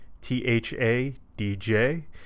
T-H-A-D-J